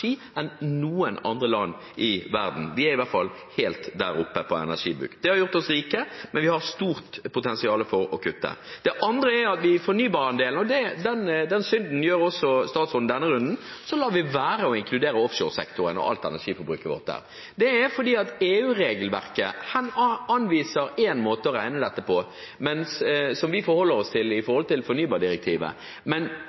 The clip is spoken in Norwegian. energi enn noen andre land i verden. Vi er i hvert fall helt der oppe på energibruk. Det har gjort oss rike, men vi har stort potensial for å kutte. Det andre er at når det kommer til fornybarandelen, lar vi være å inkludere offshoresektoren og alt energiforbruket vårt der, og den synden begår også statsråden i denne runden. Det er fordi EU-regelverket anviser én måte å regne ut dette på, og som vi forholder oss til når det gjelder fornybardirektivet, men